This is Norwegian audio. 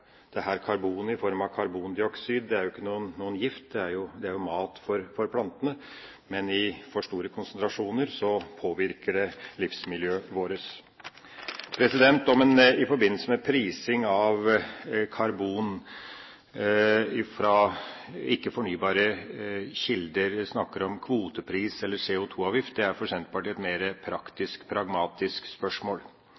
i form av karbondioksid, er jo ikke noen gift, det er jo mat for plantene, men i for store konsentrasjoner påvirker det livsmiljøet vårt. Om en i forbindelse med prising av karbon fra ikke-fornybare kilder snakker om kvotepris eller CO2-avgift, er det for Senterpartiet et